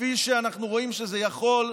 כפי שאנחנו רואים שזה יכול,